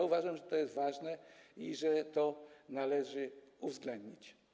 Uważam, że to jest ważne i że to należy uwzględnić.